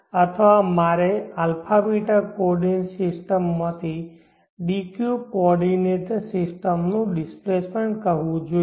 અથવા મારે α β coordinate system માંથી d q કોઓર્ડિનેટ સિસ્ટમનું ડિસ્પ્લેસમેન્ટ કહેવું જોઈએ